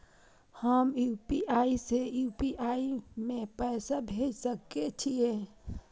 हम यू.पी.आई से यू.पी.आई में पैसा भेज सके छिये?